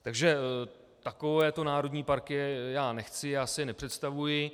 Takže takovéto národní parky já nechci, takto si je nepředstavuji.